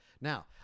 Now